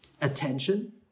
Attention